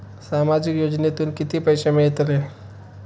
सामाजिक योजनेतून किती पैसे मिळतले?